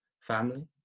family